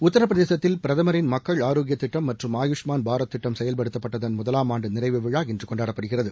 உத்தரப்பிரதேசத்தில் பிரதமரின் மக்கள் ஆரோக்கிய திட்டம் மற்றும் ஆயூஷ்மான் பாரத் திட்டம் செயல்படுத்தப்பட்டதன் முதலாம் ஆண்டு நிறைவு விழா இன்று கொண்டாடப்படுகிறது